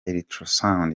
ultrasound